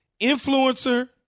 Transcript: Influencer